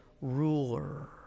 ruler